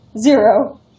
zero